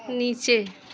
नीचे